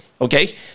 Okay